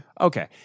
Okay